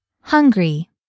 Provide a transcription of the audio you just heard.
Hungry